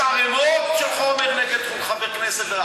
יש ערמות של חומר נגד חברי כנסת.